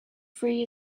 free